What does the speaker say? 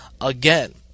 again